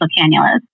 cannulas